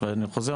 אני חוזר,